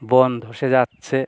বন ধসে যাচ্ছে